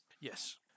Yes